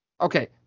Okay